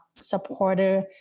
supporter